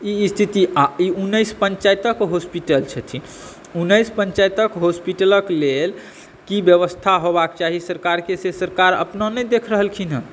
ई स्थिति आओर ई उन्नैस पंचायतक हॉस्पिटल छथिन उन्नैस पंचायतक हॉस्पिटलक लेल की व्यवस्था होबाक चाही सरकारके से सरकार अपना नहि देख रहलखिन हँ